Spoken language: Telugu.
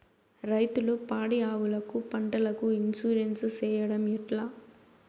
రైతులు పాడి ఆవులకు, పంటలకు, ఇన్సూరెన్సు సేయడం ఎట్లా?